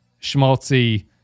schmaltzy